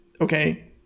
Okay